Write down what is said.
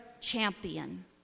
champion